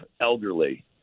elderly